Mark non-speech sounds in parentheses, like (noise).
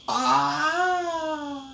(noise)